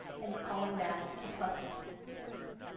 and calling that a cluster